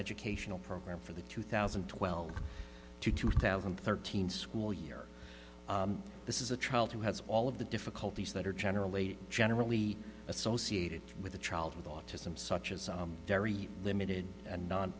educational program for the two thousand and twelve to two thousand and thirteen school year this is a child who has all of the difficulties that are generally generally associated with a child with autism such as very limited and